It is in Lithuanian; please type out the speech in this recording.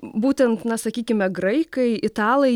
būtent na sakykime graikai italai